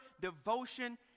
devotion